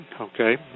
Okay